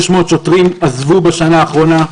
600 שוטרים עזבו בשנה האחרונה.